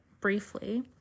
briefly